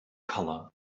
color